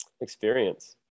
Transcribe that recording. experience